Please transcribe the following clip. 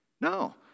No